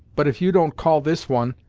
but if you don't call this one,